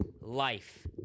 life